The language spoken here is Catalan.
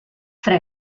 fra